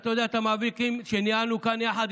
אתה יודע שגם במאבקים שניהלנו כאן בוועדות,